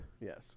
Yes